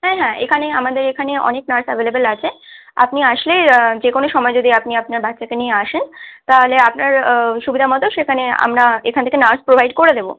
হ্যাঁ হ্যাঁ এখানে আমাদের এখানে অনেক নার্স অ্যাভেলেবল আছে আপনি আসলেই যেকোনো সময় যদি আপনি আপনার বাচ্চাকে নিয়ে আসেন তাহলে আপনার সুবিধা মতো সেখানে আমরা এখান থেকে নার্স প্রোভাইড করে দেবো